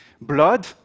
Blood